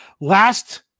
Last